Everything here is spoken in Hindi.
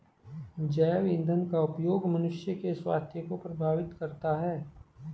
जैव ईंधन का उपयोग मनुष्य के स्वास्थ्य को प्रभावित करता है